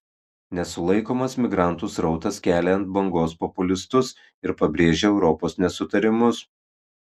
nesulaikomas migrantų srautas kelia ant bangos populistus ir pabrėžia europos nesutarimus